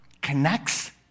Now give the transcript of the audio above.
connects